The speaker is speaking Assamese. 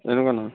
এনেকুৱা নহয়